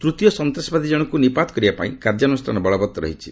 ତୂତୀୟ ସନ୍ତାସବାଦୀ ଜଣକୁ ନିପାତ କରିବାପାଇଁ କାର୍ଯ୍ୟାନୃଷ୍ଣାନ ବଳବତ୍ତର ରହିଛି